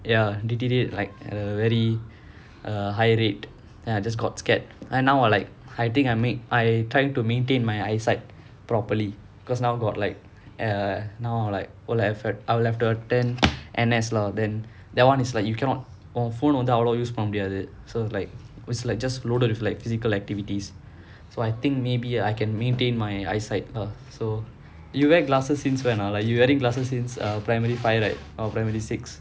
ya deteriorate like uh very err higher rate then I just got scared then now like I think I make I trying to maintain my eyesight properly because now got like err now like all the effort I would have to attend N_S lah then that [one] is like you cannot or phone வந்து அவ்ளோ பண்ண முடியாது:vanthu avlo panna mudiyaathu so it's like was like just loaded with like physical activities so I think maybe I can maintain my eyesight lah so you wear glasses since when ah like you wearing glasses since primary five right or primary six